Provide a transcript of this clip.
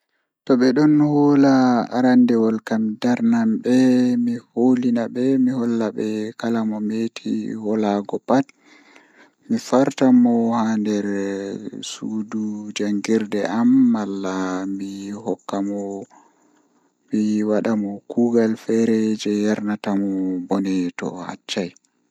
To ɓeɗon hola aranndewol kam mi darnan ɓe mi holinaɓe kala mo meti vilago pat mi fartan mo haa nder suudu jangirde am malla mi hokka mo mi wadamo kuugal feere jei yarnatamo bone to o accai.